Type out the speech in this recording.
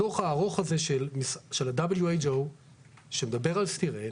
הדוח הארוך הזה של ה-WHO שמדבר על סטירן